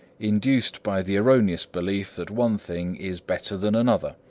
induced by the erroneous belief that one thing is better than another.